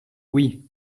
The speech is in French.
oui